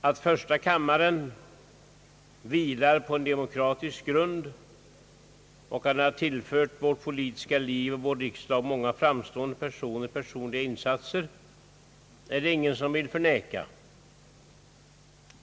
Att första kammaren vilar på en demokratisk grund och har tillfört vårt politiska liv och vår riksdag många framstående personer och personliga insatser är det ingen som vill förneka.